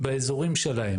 באזורים שלהם.